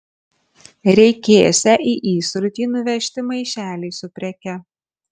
reikėsią į įsrutį nuvežti maišelį su preke